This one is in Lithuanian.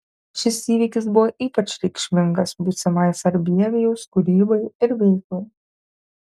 šis įvykis buvo ypač reikšmingas būsimai sarbievijaus kūrybai ir veiklai